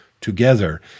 together